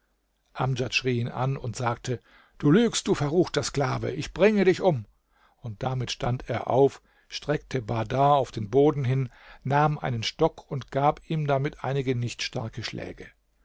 ihn an und sagte du lügst du verruchter sklave ich bringe dich um und damit stand er auf streckte bahdar auf den boden hin nahm einen stock und gab ihm damit einige nicht starke schläge